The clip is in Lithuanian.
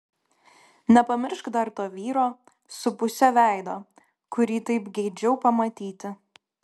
nepamiršk dar to vyro su puse veido kurį taip geidžiau pamatyti